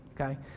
okay